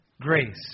Grace